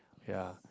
ya